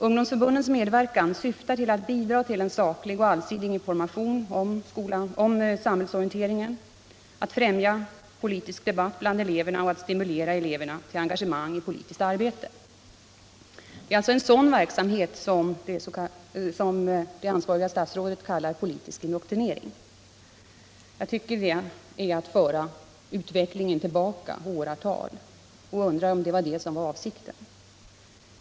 Ungdomsförbundens medverkan syftar till att bidra till en saklig och allsidig information om samhällsorienteringen, att främja politisk debatt bland eleverna och att stimulera eleverna till engagemang i politiskt arbete. Det är alltså en sådan verksamhet som det ansvariga statsrådet kallar ”politisk indoktrinering”. Jag tycker det är att föra utvecklingen tillbaka åratal. Jag undrar: Var detta avsikten?